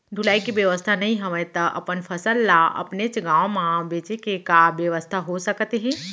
ढुलाई के बेवस्था नई हवय ता अपन फसल ला अपनेच गांव मा बेचे के का बेवस्था हो सकत हे?